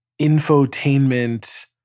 infotainment